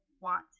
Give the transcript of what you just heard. want